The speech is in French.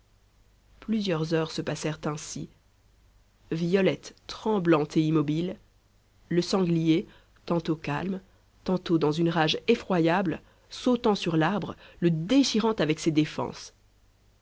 plusieurs heures se passèrent ainsi violette tremblante et immobile le sanglier tantôt calme tantôt dans une rage effroyable sautant sur l'arbre le déchirant avec ses défenses